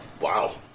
Wow